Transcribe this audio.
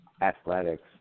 athletics